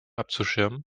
abzuschirmen